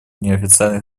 неофициальных